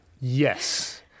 Yes